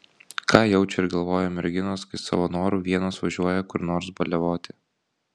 ką jaučia ir galvoja merginos kai savo noru vienos važiuoja kur nors baliavoti